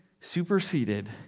superseded